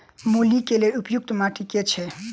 मूली केँ लेल उपयुक्त माटि केँ छैय?